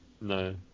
No